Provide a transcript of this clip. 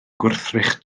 gwrthrych